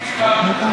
מי,